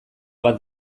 bat